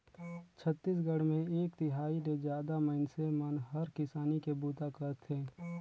छत्तीसगढ़ मे एक तिहाई ले जादा मइनसे मन हर किसानी के बूता करथे